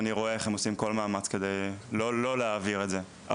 ואני רואה איך הם עושים כל מאמץ כדי לא להעביר את זה הלאה.